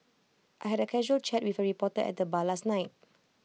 I had A casual chat with A reporter at the bar last night